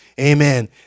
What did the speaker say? Amen